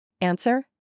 Answer